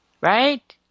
right